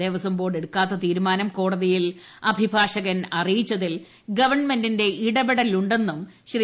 Devaswom board എടുക്കാത്ത തീരുമാനം കോടതിയിൽ അഭിഭാഷകൻ അറിയിച്ചതിൽ ്രവ്വൺമെന്റിന്റെ ഇടപെടലുടെ ന്നും ശ്രീ